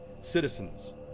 citizens